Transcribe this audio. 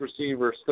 receiver